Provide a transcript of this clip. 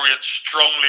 strongly